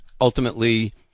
ultimately